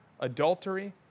adultery